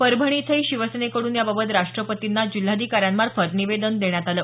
परभणी इथंही शिवसेनेकडून याबाबत राष्ट्रपतींना जिल्हाधिकाऱ्यांच्यामार्फत निवेदन देण्यात आलं